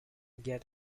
get